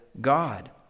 God